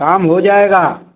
काम हो जाएगा